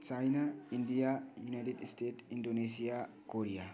China India United States Indonesia Korea